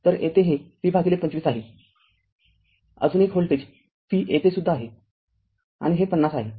तर येथे हे V २५ आहे अजून एक व्होल्टेज V येथे सुद्धा आहे आणि हे ५० आहे